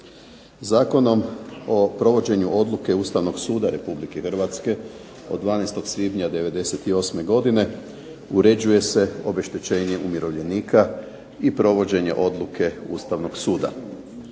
Zakonom o provođenju odluke Ustavnog suda RH od 12. svibnja '98. godine uređuje se obeštećenje umirovljenika i provođenje odluke Ustavnog suda.